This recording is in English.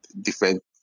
different